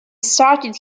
started